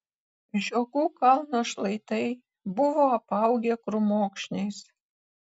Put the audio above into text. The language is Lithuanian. žiogų kalno šlaitai buvo apaugę krūmokšniais